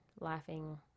laughing